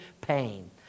pain